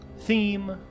Theme